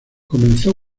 comenzó